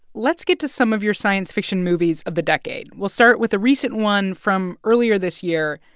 let's get to some of your science fiction movies of the decade. we'll start with a recent one from earlier this year,